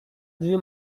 дві